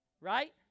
Right